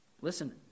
Listen